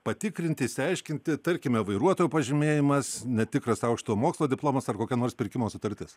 patikrinti išsiaiškinti tarkime vairuotojo pažymėjimas netikras aukštojo mokslo diplomas ar kokia nors pirkimo sutartis